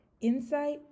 insight